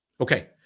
Okay